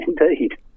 Indeed